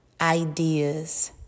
ideas